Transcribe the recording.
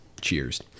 cheers